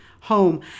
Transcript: home